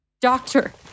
Doctor